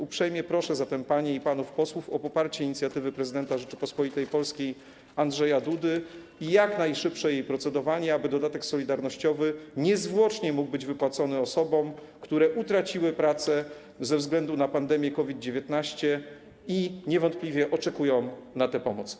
Uprzejmie proszę zatem panie i panów posłów o poparcie inicjatywy prezydenta Rzeczypospolitej Polskiej Andrzeja Dudy i jak najszybsze nad nią procedowanie, aby dodatek solidarnościowy niezwłocznie mógł być wypłacony osobom, które utraciły pracę ze względu na pandemię COVID-19 i niewątpliwie oczekują na tę pomoc.